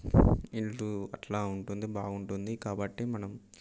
ఇల్లు అట్లా ఉంటుంది బాగుంటుంది కాబట్టి మనం